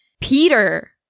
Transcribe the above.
Peter